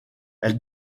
elle